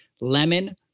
lemon